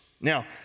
Now